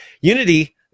Unity